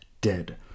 dead